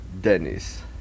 Dennis